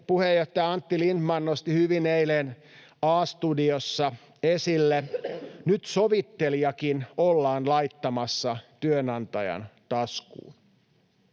puheenjohtaja Antti Lindtman nosti hyvin eilen A-studiossa esille, nyt sovittelijakin ollaan laittamassa työnantajan taskuun.